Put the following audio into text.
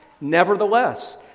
Nevertheless